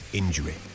injury